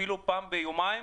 אפילו פעם ביומיים,